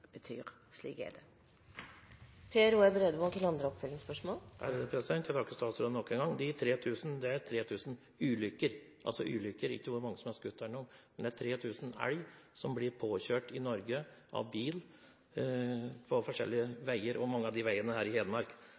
Jeg takker statsråden for svaret nok en gang. De 3 000 som blir påkjørt, er 3 000 ulykker – altså ikke hvor mange som er skutt, men 3 000 elger som blir påkjørt i Norge av bil på forskjellige veier, og mange av veiene er i Hedmark.